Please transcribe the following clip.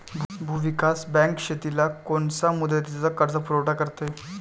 भूविकास बँक शेतीला कोनच्या मुदतीचा कर्जपुरवठा करते?